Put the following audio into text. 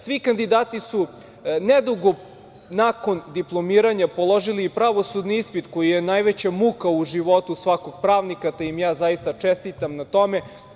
Svi kandidati su nedugo nakon diplomiranja položili i pravosudni ispit, koji je najveća muka u životu svakog pravnika, te im ja zaista čestitam na tome.